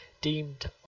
deemed